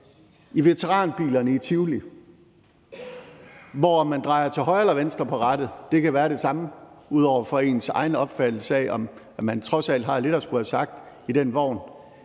i veteranbilerne i Tivoli, hvor det, uanset om man drejer til højre eller venstre på rattet, kan være det samme, ud over ens egen opfattelse af, at man trods alt har lidt at skulle have sagt i den vogn,